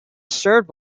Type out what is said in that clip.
served